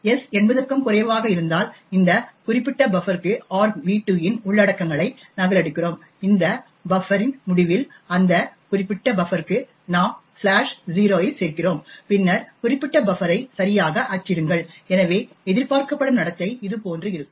s 80 க்கும் குறைவாக இருந்தால் இந்த குறிப்பிட்ட பஃப்பர்க்கு argv2 இன் உள்ளடக்கங்களை நகலெடுக்கிறோம் இந்த பஃப்பர் இன் முடிவில் அந்த குறிப்பிட்ட பஃப்பர்க்கு நாம் 0 சேர்க்கிறோம் பின்னர் குறிப்பிட்ட பஃப்பர் ஐ சரியாக அச்சிடுங்கள் எனவே எதிர்பார்க்கப்படும் நடத்தை இதுபோன்று இருக்கும்